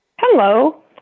hello